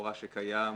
לכאורה שקיים,